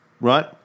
right